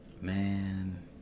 man